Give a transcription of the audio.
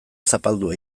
zapaldua